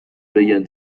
بگن